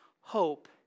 hope